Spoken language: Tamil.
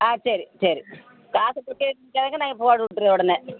ஆ சரி சரி காசு காசை பற்றி யோசிக்காதிங்க நாங்கள் போட்டு விட்டுர்வோம் உடனே